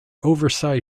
oversized